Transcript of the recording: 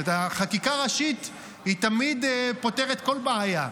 חקיקה ראשית תמיד פותרת כל בעיה,